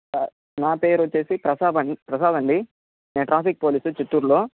నా పేరొచ్చేసి ప్రసాబ్ అండి ప్రసాద్ అండి నేను ట్రాఫిక్ పోలీస్ చిత్తూరులో